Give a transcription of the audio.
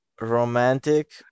romantic